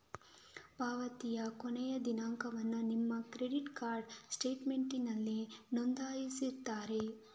ಪಾವತಿಯ ಕೊನೆಯ ದಿನಾಂಕವನ್ನ ನಿಮ್ಮ ಕ್ರೆಡಿಟ್ ಕಾರ್ಡ್ ಸ್ಟೇಟ್ಮೆಂಟಿನಲ್ಲಿ ನಮೂದಿಸಿರ್ತಾರೆ